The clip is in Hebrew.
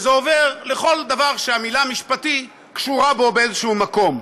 וזה עובר לכל דבר שהמילה "משפטי" קשורה בו באיזשהו מקום,